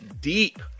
deep